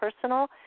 personal